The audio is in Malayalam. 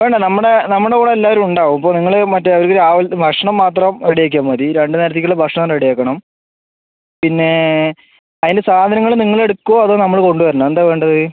വേണ്ട നമ്മുടെ നമ്മുടെ കൂടെ എല്ലാവരും ഉണ്ടാവും ഇപ്പം നിങ്ങൾ മറ്റേ അവർക്ക് രാവിലത്തെ ഭക്ഷണം മാത്രം റെഡി ആക്കിയാൽ മതി രണ്ട് നേരത്തേക്കുള്ള ഭക്ഷണം റെഡി ആക്കണം പിന്നെ അതിന് സാധങ്ങൾ നിങ്ങൾ എടുക്കുമോ അതോ നമ്മൾ കൊണ്ട് വരണോ എന്താ വേണ്ടത്